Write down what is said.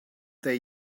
they